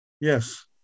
Yes